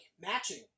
matching